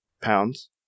pounds